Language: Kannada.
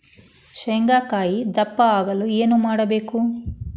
ಶೇಂಗಾಕಾಯಿ ದಪ್ಪ ಆಗಲು ಏನು ಮಾಡಬೇಕು?